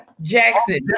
jackson